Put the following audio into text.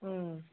ம்